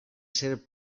ser